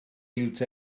liwt